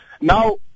Now